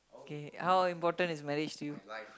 K how important is marriage to you